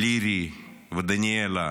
לירי ודניאלה,